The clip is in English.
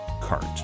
Cart